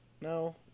No